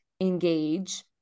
engage